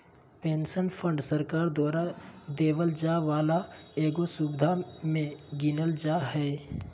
pension fund सरकार द्वारा देवल जाय वाला एगो सुविधा मे गीनल जा हय